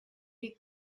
est